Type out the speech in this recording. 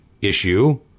issue